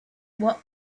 what